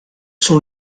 sont